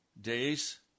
days